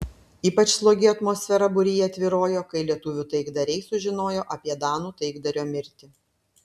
ypač slogi atmosfera būryje tvyrojo kai lietuvių taikdariai sužinojo apie danų taikdario mirtį